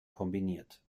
kombiniert